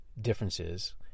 differences